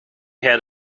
had